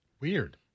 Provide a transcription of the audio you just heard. Weird